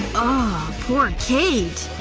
ohhh. poor kate